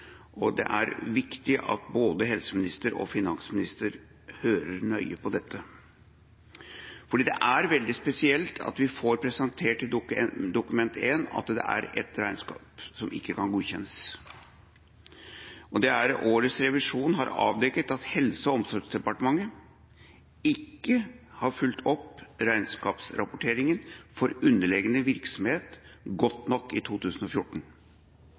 Det er viktig at både helseminister og finansminister hører nøye på dette, fordi det er veldig spesielt at vi får presentert i Dokument 1 at det er et regnskap som ikke kan godkjennes. Årets revisjon har avdekket at Helse- og omsorgsdepartementet ikke har fulgt opp regnskapsrapporteringen for underliggende virksomhet godt nok i 2014.